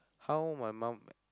how my mum